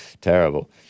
Terrible